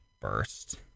first